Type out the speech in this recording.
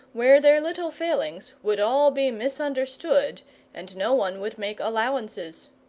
where their little failings would all be misunderstood and no one would make allowances.